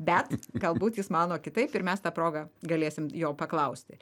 bet galbūt jis mano kitaip ir mes ta proga galėsim jo paklausti